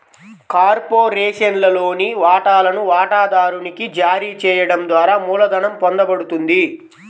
కార్పొరేషన్లోని వాటాలను వాటాదారునికి జారీ చేయడం ద్వారా మూలధనం పొందబడుతుంది